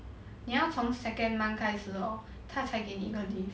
你要从 second month 开始 hor 他才给你一个 leave